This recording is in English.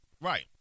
Right